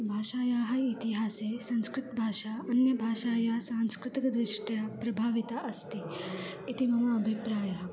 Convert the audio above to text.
भाषायाः इतिहासे संस्कृतभाषा अन्यभाषायाः सांस्कृतिक दृष्ट्या प्रभाविता अस्ति इति मम अभिप्रायः